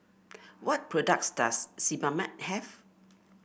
what products does Sebamed have